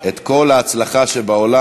את כל ההצלחה שבעולם.